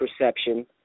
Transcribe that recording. perception